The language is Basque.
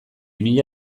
mila